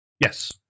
Yes